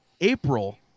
April